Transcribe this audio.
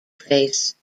face